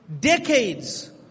decades